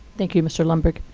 thank you, mr. lundberg.